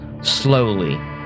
slowly